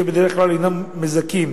שבדרך כלל אינם מזכים